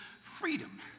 freedom